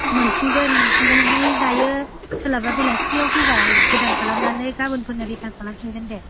मोनफिनगोन मोनफिनगोन नों दायो सोलाबबा बेलासि आव फैबा आं गोदान खालामनानै गाबोन फोरोंनो रिथार्न खालामफिनगोन दे